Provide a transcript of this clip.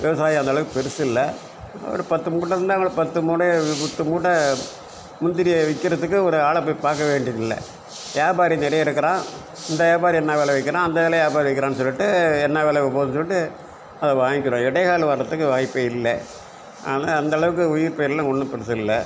விவசாயம் அந்தளவுக்கு பெருசு இல்லை ஒரு பத்து மூட்டை இருந்தால் அவங்க ஒரு பத்து மூட்டையை எட்டு பத்து முந்திரியை விற்கிறதுக்கு ஒரு ஆளை போய் பார்க்க வேண்டியதில்லை வியாபாரி நிறைய இருக்குறான் இந்த வியாபாரி என்ன விலை விற்கிறான் அந்த விலை வியாபாரி விற்கிறானு சொல்லிகிட்டு என்ன விலை போகுதுன்னு சொல்லிகிட்டு அதை வாங்கிக்கிறோம் இடை ஆள் வர்றதுக்கு வாய்ப்பே இல்லை அதனால் அந்தளவுக்கு உயிர் ஒன்றும் பெருசு இல்லை